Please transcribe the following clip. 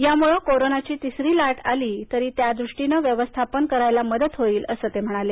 यामुळे कोरोनाची तीसरी लाट आली तरी त्यादृष्टीनं व्यवस्थापन करायला मदत होईल असं ते म्हणाले